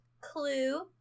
clue